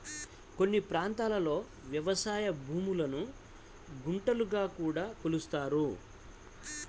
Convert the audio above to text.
కొన్ని ప్రాంతాల్లో వ్యవసాయ భూములను గుంటలుగా కూడా కొలుస్తారు